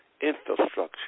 infrastructure